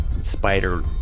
spider